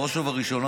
בראש ובראשונה,